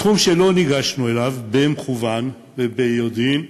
התחום שלא ניגשנו אליו, במכוון וביודעין,